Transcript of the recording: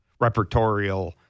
repertorial